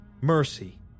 mercy